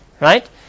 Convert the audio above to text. Right